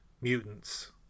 mutants